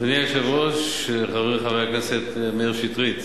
אדוני היושב-ראש, חברי חבר הכנסת מאיר שטרית,